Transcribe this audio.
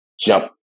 jump